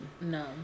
No